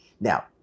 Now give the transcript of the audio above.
Now